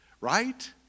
Right